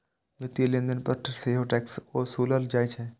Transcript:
वित्तीय लेनदेन पर सेहो टैक्स ओसूलल जाइ छै